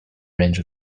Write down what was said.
range